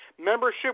membership